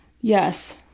Yes